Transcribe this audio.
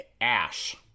Ash